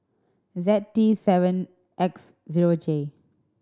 Z T seven X zero J